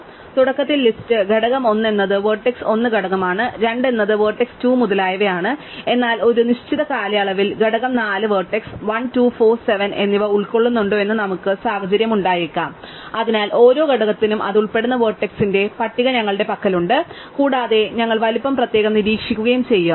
അതിനാൽ തുടക്കത്തിൽ ലിസ്റ്റ് ഘടകം 1 എന്നത് വെർട്ടെക്സ് 1 ഘടകമാണ് 2 എന്നത് വെർട്ടെക്സ് 2 മുതലായവയാണ് എന്നാൽ ഒരു നിശ്ചിത കാലയളവിൽ ഘടകം 4 വെർട്ടെക്സ് 1 2 4 7 എന്നിവ ഉൾക്കൊള്ളുന്നുണ്ടോ എന്ന് നമുക്ക് സാഹചര്യം ഉണ്ടായേക്കാം അതിനാൽ ഓരോ ഘടകത്തിനും അത് ഉൾപ്പെടുന്ന വെർട്ടക്സിന്റെ പട്ടിക ഞങ്ങളുടെ പക്കലുണ്ട് കൂടാതെ ഞങ്ങൾ വലുപ്പം പ്രത്യേകം നിരീക്ഷിക്കുകയും ചെയ്യും